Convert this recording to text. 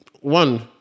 one